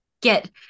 get